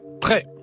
Prêt